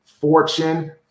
Fortune